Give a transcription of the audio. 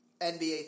NBA